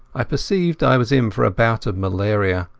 i perceived i was in for a bout of malaria.